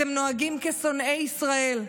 אתם נוהגים כשונאי ישראל.